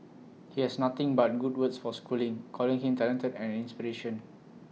he has nothing but good words for schooling calling him talented and inspiration